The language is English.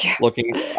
looking